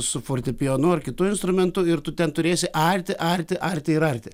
su fortepijonu ar kitu instrumentu ir tu ten turėsi arti arti arti ir arti